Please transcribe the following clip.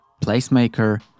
placemaker